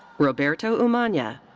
roberto umana. yeah